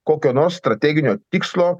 kokio nors strateginio tikslo